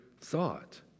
thought